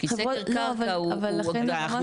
כי סקר קרקע הוא --- רגע.